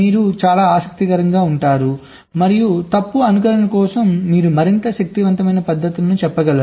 మీరు చాలా ఆసక్తికరంగా ఉంటారు మరియు తప్పు అనుకరణ కోసం మీరు మరింత శక్తివంతమైన పద్ధతులను చెప్పగలరు